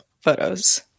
photos